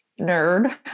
nerd